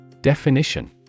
Definition